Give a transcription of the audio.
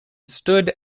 stood